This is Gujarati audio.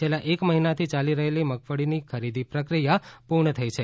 છેલ્લા એક મહિનાથી ચાલી રહેલી મગફળાની ખરીદી પ્રક્રિયા પૂર્ણ થઈ છે